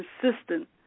consistent